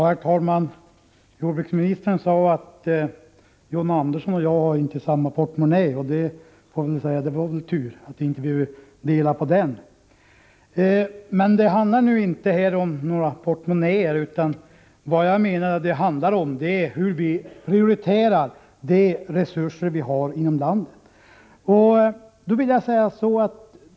Herr talman! Jordbruksministern sade att John Andersson och han själv inte har samma portmonnä, och det är väl tur att vi inte delar på den. Men det handlar här inte om några portmonnäer, utan enligt min mening om hur vi prioriterar de resurser som vi har inom landet.